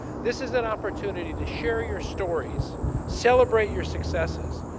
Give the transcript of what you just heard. this is an opportunity to share your stories celebrate your successes.